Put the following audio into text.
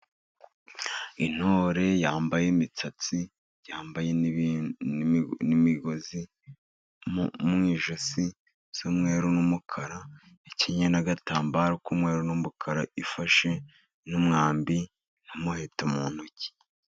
Intore yambaye imisatsi, yambaye n'imigozi mu mwijosi y'umweru n'umukara, ikenyeye n'agatambaro k'umweru n'umukara, ifashe n'umwambi n'umuheto mu ntoki.